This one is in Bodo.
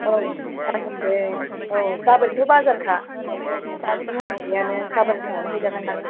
औ जागोन दे औ गाबोनथ' बाजारखा दाथ' मोनाबायानो गाबोन फुंयावनो हैजागोन दां